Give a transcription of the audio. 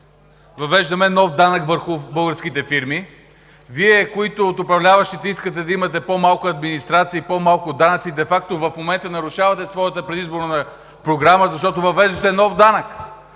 въвеждаме нов данък върху българските фирми. Ви, от управляващите, които искате да имаме по-малко администрация и по-малко данъци, де факто в момента нарушавате своята предизборна програма, защото въвеждате нов данък.